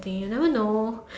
thing you never know